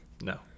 No